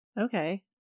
Okay